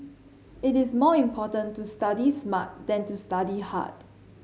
it is more important to study smart than to study hard